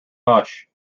hush